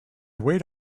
wait